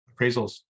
appraisals